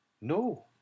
No